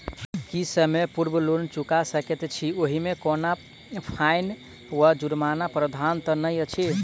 की समय पूर्व लोन चुका सकैत छी ओहिमे कोनो फाईन वा जुर्मानाक प्रावधान तऽ नहि अछि?